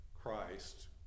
Christ